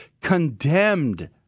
condemned